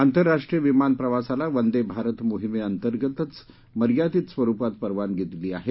आंतरराष्ट्रीय विमान प्रवासाला वंदे भारत मोहिमे अंतर्गतच मर्यादित स्वरुपात परवानगी दिली आहे